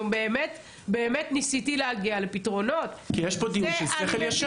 אני באמת ניסיתי להגיע לפתרונות --- כי יש פה דיון של שכל ישר.